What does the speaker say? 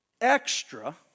extra